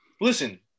Listen